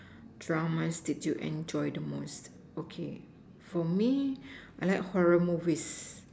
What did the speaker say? Dramas did you enjoy the most okay for me I like horror movies